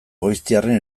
goiztiarren